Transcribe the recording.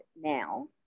now